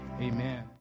amen